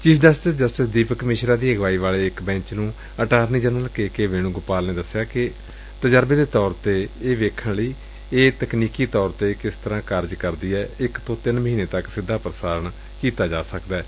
chief justice justice Deepak Mishra ਦੀ ਅਗਵਾਈ ਵਾਲੇ ਇਕ ਬੈਂਚ ਨੂੰ attorney general K K Venugopal ਨੇ ਦਸਿਆ ਕਿ ਤਜਰਬੇ ਦੇ ਤੌਰ ਤੇ ਇਹ ਵੇਖਣ ਲਈ ਇਹ ਤਕਨੀਕੀ ਤੌਰ ਤੇ ਕਿਸ ਤਰ੍ਕਾ ਕਾਰਜ ਕਰਦੀ ਏ ਇਕ ਤੋ ਤਿੰਨ ਮਹੀਨੇ ਤੱਕ ਸਿੱਧਾ ਪ੍ਰਸਾਰਣ ਕੀਤਾ ਜਾ ਸਕਦੈ